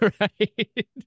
Right